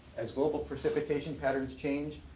as local precipitation patterns change,